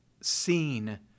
seen